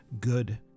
good